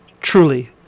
Truly